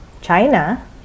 China